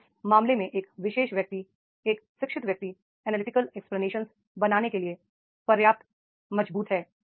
तो उस मामले में एक विशेष व्यक्ति एक शिक्षित व्यक्ति एनालिटिकल एक्सप्लेनेशन बनाने के लिए पर्याप्त मजबूत है